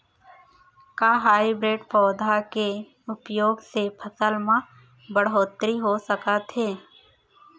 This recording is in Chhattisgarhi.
का हाइब्रिड पौधा के उपयोग से फसल म बढ़होत्तरी हो सकत हे?